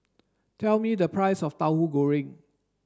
tell me the price of Tahu Goreng